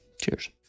Cheers